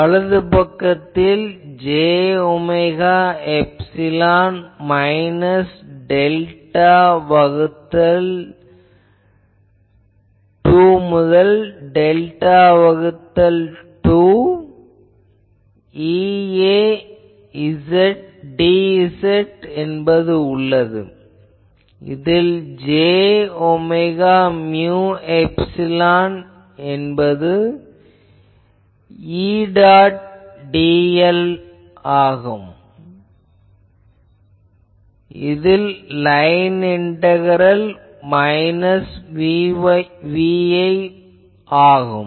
வலது பக்கத்தில் j omega mu epsilon minus delta வகுத்தல் 2 முதல் டெல்டா வகுத்தல் 2EA dz இதில் j ஒமேகா மியு எப்சிலான் என்பது E டாட் dl என்பது லைன் இன்டகரல் மைனஸ் Vi ஆகும்